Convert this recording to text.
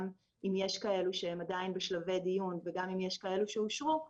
גם אם יש כאלה שהם עדין בשלבי דיון וגם אם יש כאלה שאושרו,